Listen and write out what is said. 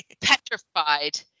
petrified